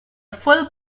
full